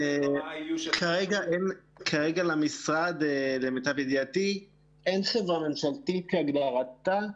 כרגע למשרד למיטב ידיעתי אין חברה ממשלתית כהגדרתה.